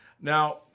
Now